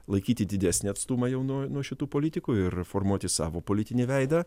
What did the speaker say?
laikyti didesnį atstumą jau nuo nuo šitų politikų ir formuoti savo politinį veidą